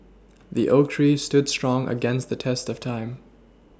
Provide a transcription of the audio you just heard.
the oak tree stood strong against the test of time